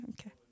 okay